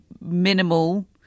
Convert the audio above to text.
minimal